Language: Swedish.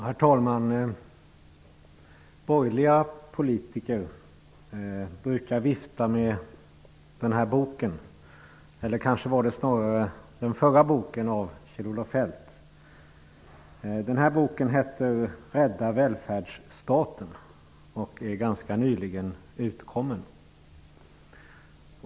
Herr talman! Borgerliga politiker brukar vifta med Kjell-Olof Feldts nya bok, eller kanske snarare hans förra bok. Den aktuella boken heter Rädda välfärdsstaten! och är ganska nyligen utkommen.